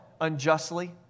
unjustly